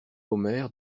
omer